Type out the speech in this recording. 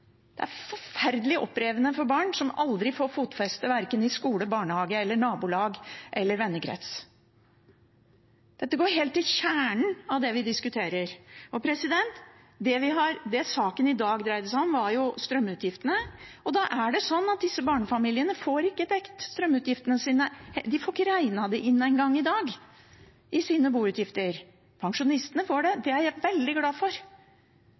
det at de flytter ofte. Det er forferdelig opprivende for barn som aldri får fotfeste – verken i skole, barnehage, nabolag eller vennekrets. Dette går helt til kjernen av det vi diskuterer. Det saken i dag dreier seg om, er strømutgiftene. Da er det sånn at disse barnefamiliene ikke får dekt strømutgiftene sine. De får ikke engang regnet dem inn i sine boutgifter i dag. Pensjonistene får det, og det er jeg veldig glad for.